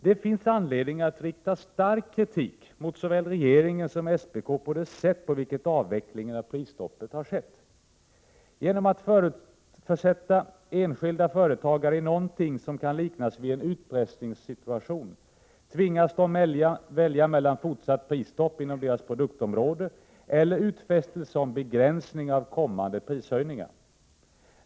Det finns anledning att rikta stark kritik mot såväl regeringen som SPK för det sätt på vilket avvecklingen av prisstoppet har skett. Genom att försätta enskilda företagare i någonting som kan liknas vid en utpressningssituation, tvingas de välja mellan fortsatt prisstopp inom deras produktområde eller utfästelse om begränsning av kommande prishöjningar.